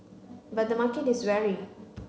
but the market is wary